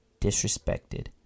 disrespected